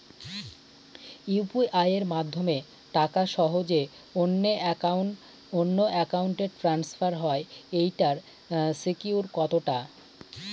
UPI মাধ্যমে টাকা সহজেই অন্যের অ্যাকাউন্ট ই ট্রান্সফার হয় এইটার সিকিউর কত টা?